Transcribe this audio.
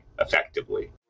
effectively